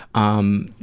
um,